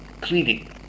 cleaning